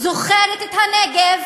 זוכרת את הנגב